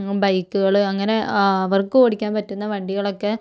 ബൈക്കുകൾ അങ്ങനെ ആ അവർക്ക് ഓടിക്കാൻ പറ്റുന്ന വണ്ടികളൊക്കെ